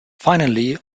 finally